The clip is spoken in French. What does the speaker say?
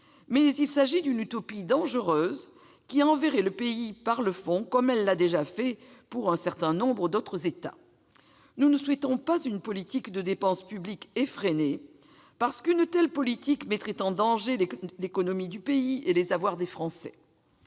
mais il s'agit d'une utopie dangereuse, qui enverrait le pays par le fond, comme elle l'a déjà fait pour un certain nombre d'autres États. Nous ne souhaitons pas une politique de dépense publique effrénée, parce qu'une telle politique mettrait en danger l'économie du pays et les avoirs des Français.